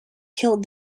killed